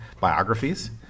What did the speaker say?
biographies